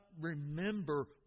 remember